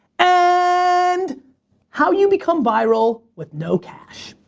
and how you become viral with no cash.